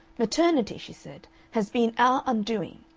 maternity, she said, has been our undoing.